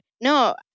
No